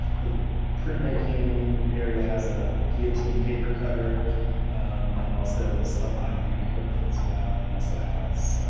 the printmaking area has a guillotine paper cutter and also some binding equipment as well. it also has